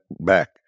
back